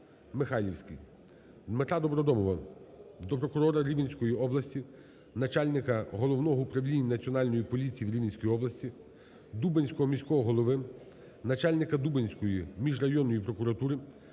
Дмитра Добродомова до прокурора Рівненської області, начальника Головного управління Національної поліції в Рівненській області, Дубенського міського голови, начальника Дубенської міжрайонної прокуратури,